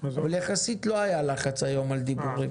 אבל יחסית לא היה לחץ היום על דיבורים.